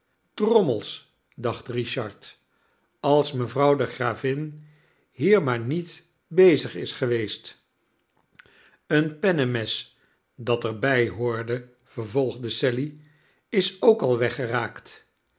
dacht richard als mevrouw de gravin hier maar niet bezig is geweest een pennemes dat er bij hoorde vervolgde sally is ook al weggeraakt